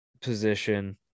position